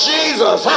Jesus